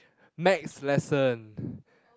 next lesson